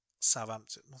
Southampton